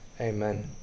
amen